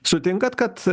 sutinkat kad